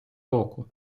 року